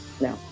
No